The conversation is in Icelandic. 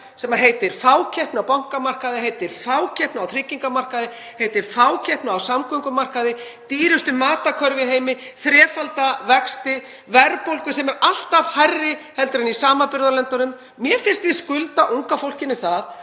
sem heitir fákeppni á bankamarkaði, heitir fákeppni á tryggingamarkaði, heitir fákeppni á samgöngumarkaði, dýrasta matarkarfa í heimi, þrefaldir vexti, verðbólga sem er alltaf hærri en í samanburðarlöndunum. Mér finnst ég skulda unga fólkinu að